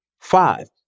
five